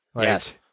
Yes